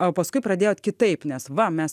o paskui pradėjot kitaip nes va mes